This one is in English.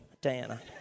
Diana